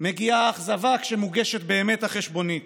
מגיעה האכזבה כשמוגשת באמת החשבונית,